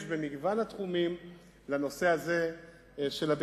במגוון התחומים לנושא הזה של הבטיחות.